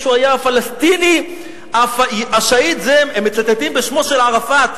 ישו היה הפלסטיני השהיד זה הם מצטטים בשמו של ערפאת.